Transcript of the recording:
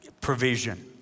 provision